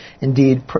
indeed